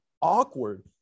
awkward